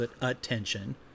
attention